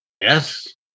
Yes